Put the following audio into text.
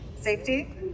Safety